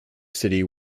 city